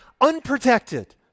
unprotected